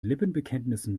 lippenbekenntnissen